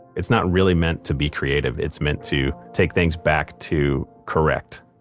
it's not really meant to be creative, it's meant to take things back to correct.